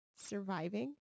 surviving